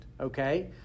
Okay